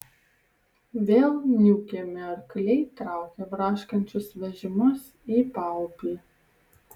vėl niūkiami arkliai traukė braškančius vežimus į paupį